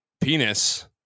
penis